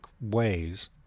ways